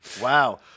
wow